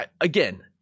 again